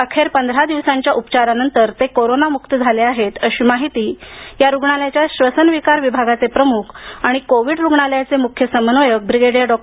अखेर पंधरा दिवसांच्या उपचारानंतर ते कोरोना मूक्त झाले आहेत अशी माहिती श्वसन विकार विभागाचे प्रमुख आणि कोविड रुग्णालयाचे मुख्य समन्वयक ब्रिगेडियर डॉ